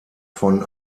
von